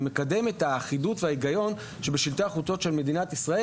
זה מקדם את האחידות ואת ההיגיון שבשלטי החוצות של מדינת ישראל